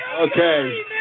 Okay